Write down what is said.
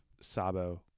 Sabo